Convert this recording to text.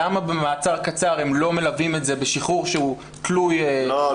למה במאסר קצר הם לא מלווים אותו בשחרור שהוא תלוי --- לא,